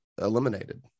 eliminated